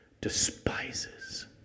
Despises